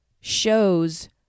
show's